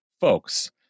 folks